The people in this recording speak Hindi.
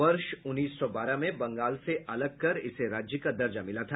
वर्ष उन्नीस सौ बारह में बंगाल से अलग कर इसे राज्य का दर्जा मिला था